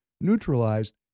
neutralized